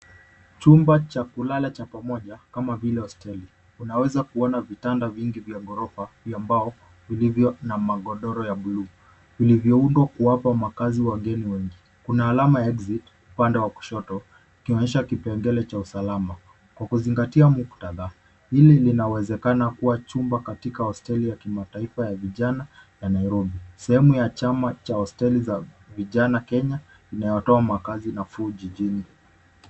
Chumba cha kulala cha pamoja, kama vile hosteli. Unaweza kuona vitanda vingi vya ghorofa vya mbao vilivyo na magodoro ya bluu, vilivyoundwa kuwapa makazi wageni wengi. Kuna alama ya Exit upande wa kushoto ikionyesha kipengele cha usalama. Kwa kuzingatia muktadha, hili linawezekana kua chumba katika hosteli ya kimataifa ya vijana ya Nairobi. Sehemu ya chama cha hosteli za vijana Kenya inayotoa makazi nafuu jijini.